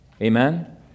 Amen